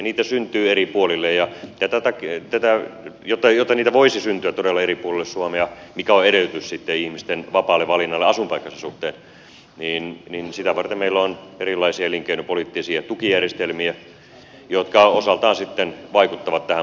niitä syntyy eri puolille ja jotta niitä voisi syntyä todella eri puolille suomea mikä on edellytys ihmisten vapaalle valinnalle asuinpaikkansa suhteen sitä varten meillä on erilaisia elinkeinopoliittisia tukijärjestelmiä jotka osaltaan sitten vaikuttavat tähän positiivisella tavalla